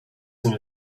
soon